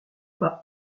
pas